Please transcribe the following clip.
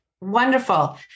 Wonderful